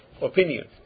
opinion